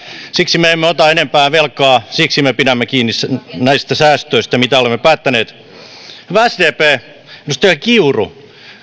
siksi me emme ota enempää velkaa siksi me pidämme kiinni näistä säästöistä joista olemme päättäneet hyvä edustaja kiuru